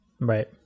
Right